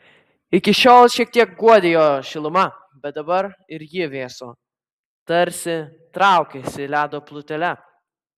iki šiol šiek tiek guodė jo šiluma bet dabar ir ji vėso tarsi traukėsi ledo plutele